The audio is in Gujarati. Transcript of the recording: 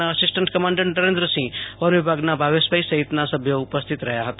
ના આસિસ્ટન્ટ કમાન્ડર નરેન્દ્રસિંહ વન વિભાગના ભાવેશભાઈ સહિતના અભ્યો ઉપસ્થિત રહ્યા હતા